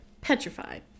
petrified